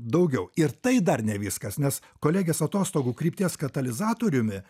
daugiau ir tai dar ne viskas nes kolegės atostogų krypties katalizatoriumi